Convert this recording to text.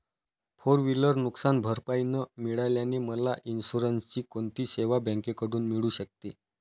Four wheeler नुकसानभरपाई न मिळाल्याने मला इन्शुरन्सची कोणती सेवा बँकेकडून मिळू शकते?